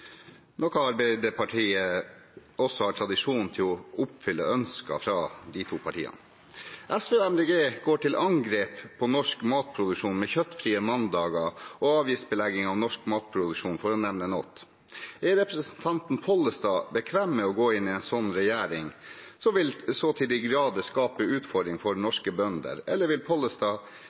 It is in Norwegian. Arbeiderpartiet har også tradisjon for å oppfylle ønsker fra de to partiene. SV og Miljøpartiet De Grønne går til angrep på norsk matproduksjon med kjøttfrie mandager og avgiftsbelegging av norsk matproduksjon, for å nevne noe. Er representanten Pollestad bekvem med å gå inn i en sånn regjering, som vil så til de grader skape utfordringer for norske bønder, eller vil Pollestad